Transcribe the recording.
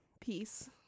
peace